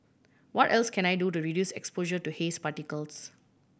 what else can I do the reduce exposure to haze particles